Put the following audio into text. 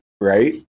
right